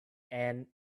and